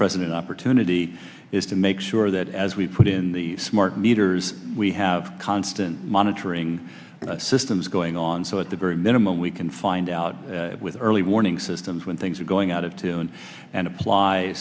president opportunity is to make sure that as we put in the smart meters we have constant monitoring systems going on so at the very minimum we can find out with early warning systems when things are going out of tune and apply